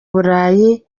burayi